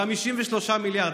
53 מיליארד.